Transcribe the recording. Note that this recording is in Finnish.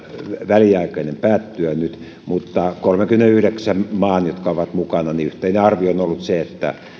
väliaikainen ja päättyä nyt mutta kolmenkymmenenyhdeksän maan jotka ovat mukana yhteinen arvio on ollut se että